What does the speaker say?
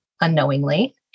unknowingly